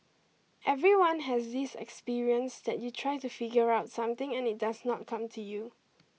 everyone has this experience that you try to figure out something and it does not come to you